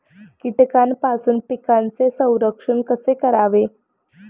कीटकांपासून पिकांचे संरक्षण कसे करावे?